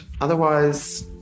otherwise